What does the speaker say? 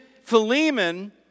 Philemon